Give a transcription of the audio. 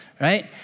right